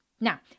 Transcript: Now